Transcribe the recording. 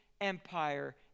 empire